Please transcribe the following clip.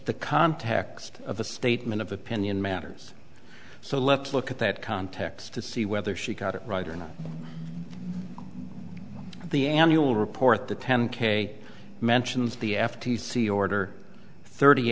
the context of a statement of opinion matters so let's look at that context to see whether she got it right or not the annual report the ten k mentions the f t c order thirty